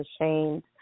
ashamed